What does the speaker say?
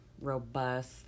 robust